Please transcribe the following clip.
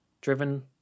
driven